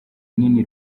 nini